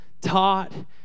taught